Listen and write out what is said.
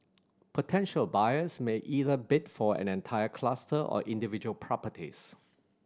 potential buyers may either bid for an entire cluster or individual properties